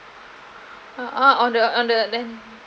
uh uh on the on the then